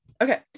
Okay